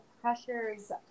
pressures